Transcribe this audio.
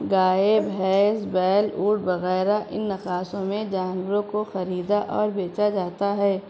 گائے بھینس بیل اونٹ وغیرہ ان نخاسوں میں جانوروں کو خریدا اور بیچا جاتا ہے